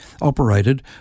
operated